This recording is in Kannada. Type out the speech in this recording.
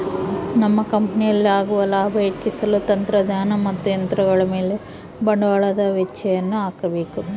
ನಮ್ಮ ಕಂಪನಿಯಲ್ಲಿ ಆಗುವ ಲಾಭ ಹೆಚ್ಚಿಸಲು ತಂತ್ರಜ್ಞಾನ ಮತ್ತು ಯಂತ್ರಗಳ ಮೇಲೆ ಬಂಡವಾಳದ ವೆಚ್ಚಯನ್ನು ಹಾಕಬೇಕು